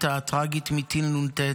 בעזה בתקרית הטרגית מטיל נ"ט: